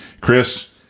Chris